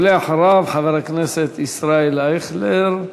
ואחריו, חבר הכנסת ישראל אייכלר.